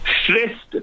stressed